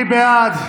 מי בעד?